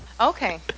Okay